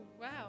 wow